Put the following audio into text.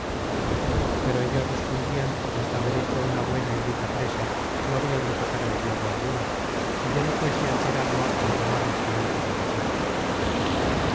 pero ellos respondian que hasta haber hecho una buena y rica presa no habian de tocar en tierra alguna si ya no fuese á hacer agua ó á tomar bastimentos necesarios